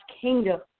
kingdom